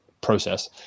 process